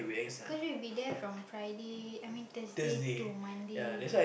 cause we will be there from Friday I mean Thursday to Monday